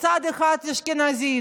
שבהן צד אחד אשכנזי,